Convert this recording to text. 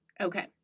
Okay